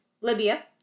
Libya